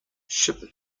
ship